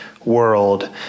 world